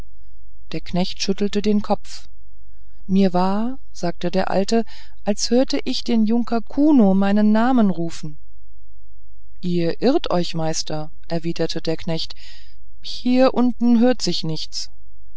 der knecht schüttelte den kopf mir war sagte der alte als hörte ich den junker kuno meinen namen rufen ihr irrt euch meister erwiderte der knecht hier unten hört sich nichts